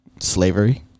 Slavery